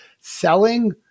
selling